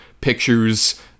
Pictures